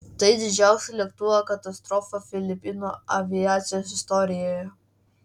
tai didžiausia lėktuvo katastrofa filipinų aviacijos istorijoje